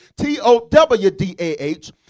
T-O-W-D-A-H